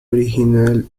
original